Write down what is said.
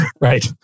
Right